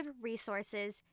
resources